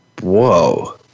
whoa